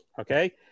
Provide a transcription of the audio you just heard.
okay